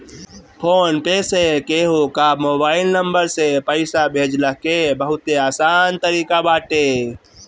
phone पे से केहू कअ मोबाइल नंबर से पईसा भेजला के बहुते आसान तरीका बाटे